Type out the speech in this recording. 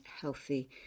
healthy